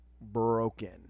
broken